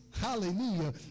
hallelujah